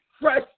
Fresh